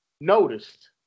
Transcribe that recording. noticed